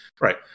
right